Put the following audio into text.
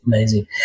Amazing